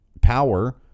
power